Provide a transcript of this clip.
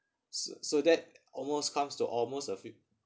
so so that almost comes to almost of